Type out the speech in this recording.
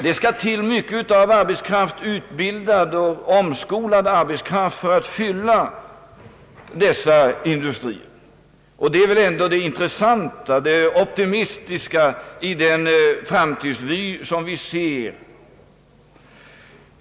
Det skall till mycket av utbildad och omskolad arbetskraft för att fylla dessa industriers arbetskraftsbehov, och det är väl ändå det intressanta och det optimistiska i den framtidsvy som vi ser.